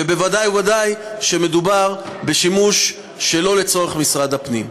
וודאי וודאי כשמדובר בשימוש שלא לצורך משרד הפנים.